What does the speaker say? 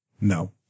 No